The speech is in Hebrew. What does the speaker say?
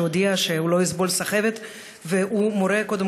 שהודיע שהוא לא יסבול סחבת והוא מורה קודם